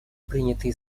принятые